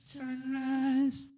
sunrise